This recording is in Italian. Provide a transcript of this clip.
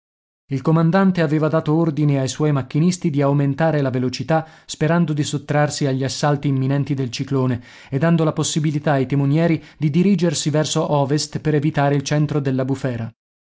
il comandante aveva dato ordine ai suoi macchinisti di aumentare la velocità sperando di sottrarsi agli assalti imminenti del ciclone e dando la possibilità ai timonieri di dirigersi verso ovest per evitare il centro della bufera